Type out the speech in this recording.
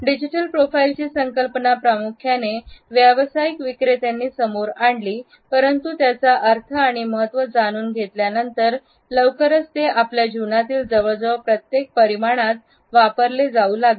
digital profile ची संकल्पना प्रामुख्याने व्यावसायिक विक्रेत्यांनी समोर आणले परंतु त्याचा अर्थ आणि महत्त्व जाणून घेतल्यानंतर लवकरच ते आपल्या जीवनातील जवळजवळ प्रत्येक परिमाणात वापरले जाऊ लागले